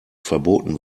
verboten